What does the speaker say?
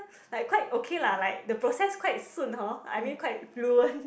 like quite okay lah like the process quite 顺 hor I mean quite fluent